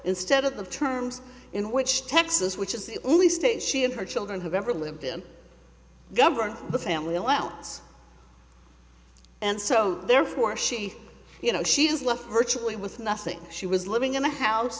instead of the terms in which texas which is the only state she and her children have ever lived in govern the family allowance and so therefore she you know she is left virtually with nothing she was living in the house